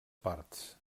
parts